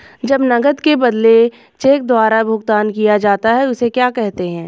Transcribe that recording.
जब नकद के बदले चेक द्वारा भुगतान किया जाता हैं उसे क्या कहते है?